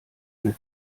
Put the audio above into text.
mehr